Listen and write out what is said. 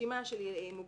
רשימה של מוגבלויות,